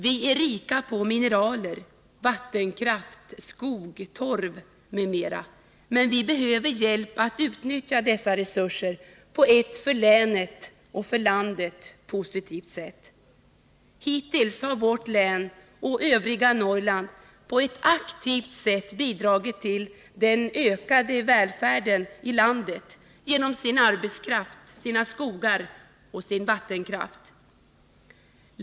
Vi är rika på mineraler, vattenkraft, skog, torv m.m., men vi behöver hjälp att utnyttja dessa resurser på ett för länet och landet positivt sätt. Hittills har vårt län och övriga Norrland aktivt bidragit till den ökade välfärden i landet genom sin arbetskraft, sina skogar och sin vattenkraft.